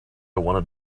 wanted